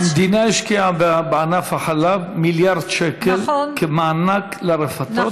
המדינה השקיעה בענף החלב מיליארד שקל כמענק לרפתות.